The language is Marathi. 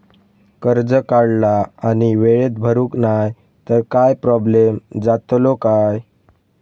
कर्ज काढला आणि वेळेत भरुक नाय तर काय प्रोब्लेम जातलो काय?